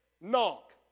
knock